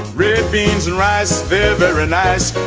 red beans and rice, they're very nice.